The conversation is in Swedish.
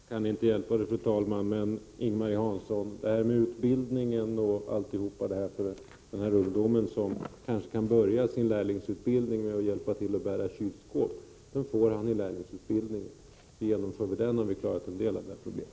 Fru talman! Jag kan inte hjälpa det, men jag måste bemöta Ing-Marie Hansson. Den utbildning och annat hon talar om för den ungdom som kanske kan börja sin lärlingsutbildning med att hjälpa till att bära kylskåp får han i lärlingsutbildningen. Genomför vi den, har vi klarat en del av det här problemet.